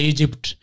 Egypt